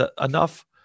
enough